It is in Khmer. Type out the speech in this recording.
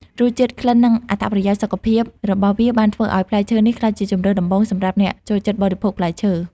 រសជាតិ ក្លិន និងអត្ថប្រយោជន៍សុខភាពរបស់វាបានធ្វើឲ្យផ្លែឈើនេះក្លាយជាជម្រើសដំបូងសម្រាប់អ្នកចូលចិត្តបរិភោគផ្លែឈើ។